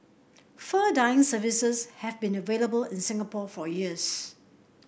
fur dyeing services have been available in Singapore for years